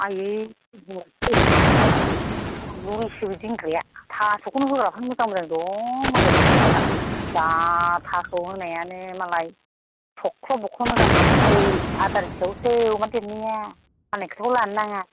आयै थास'खौनो होग्राफोरनानो मोजां मोजां दं मालाय असक मोना जा थास' होनायानो मालाय सख्ल' बख्ल' मोजां मोजां बावसो आदार हिसाबावसो अमा देरनाया मालायनि खोथाखौ लानो नाङा